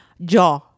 Jaw